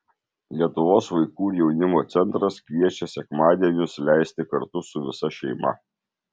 lietuvos vaikų ir jaunimo centras kviečia sekmadienius leisti kartu su visa šeima